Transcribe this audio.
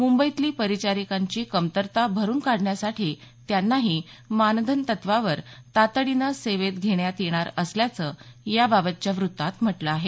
मुंबईतली परिचारिकांची कमतरता भरून काढण्यासाठी त्यांनाही मानधन तत्वावर तातडीनं सेवेत घेण्यात येणार असल्याचं याबाबतच्या वृत्तात म्हटलं आहे